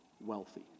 wealthy